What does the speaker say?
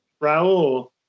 Raul